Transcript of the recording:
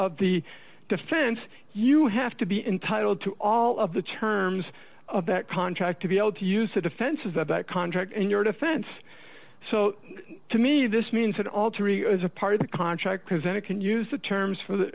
of the defense you have to be entitled to all of the terms of that contract to be able to use the defense is that contract and your defense so to me this means that all three is a part of the contract because then it can use the terms for the